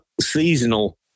seasonal